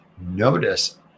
Notice